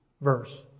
verse